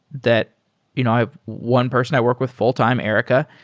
that you know i have one person i work with full-time, er ika,